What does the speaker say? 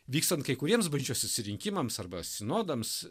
vykstant kai kuriems valdžios susirinkimams arba sinodams